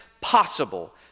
possible